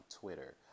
Twitter